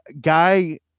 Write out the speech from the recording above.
guy